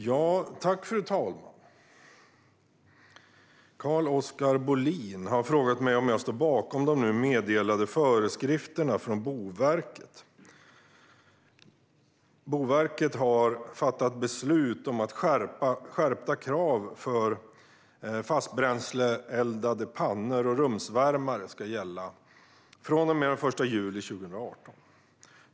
Fru talman! Carl-Oskar Bohlin har frågat mig om jag står bakom de nu meddelade föreskrifterna från Boverket. Boverket har fattat beslut om att skärpta krav för fastbränsleeldade pannor och rumsvärmare ska gälla från och med den 1 juli 2018.